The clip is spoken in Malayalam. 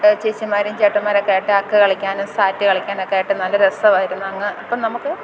ചേച്ചിമാരും ചേട്ടന്മാരൊക്കെ ആയിട്ട് അക്ക് കളിക്കാനും സാറ്റ് കളിക്കാനൊക്കെയായിട്ട് നല്ല രസമായിരുന്നു അങ്ങ് അപ്പം നമുക്ക്